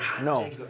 No